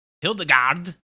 Hildegard